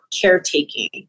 caretaking